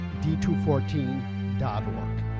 d214.org